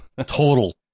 Total